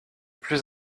plus